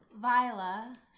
Viola